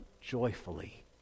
joyfully